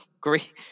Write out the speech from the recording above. Great